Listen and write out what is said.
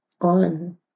on